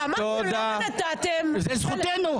זו זכותנו.